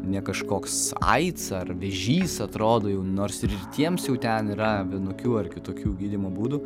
ne kažkoks aids ar vėžys atrodo jau nors ir tiems jau ten yra vienokių ar kitokių gydymo būdų